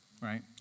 right